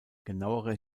genauere